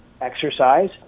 exercise